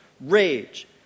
rage